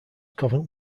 covent